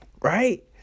right